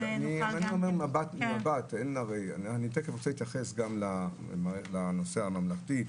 תיכף אתייחס גם לנושא הממלכתי,